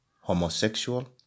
homosexual